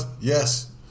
Yes